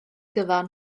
gyfan